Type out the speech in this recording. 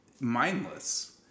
mindless